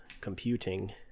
computing